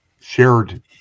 shared